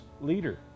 leader